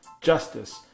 justice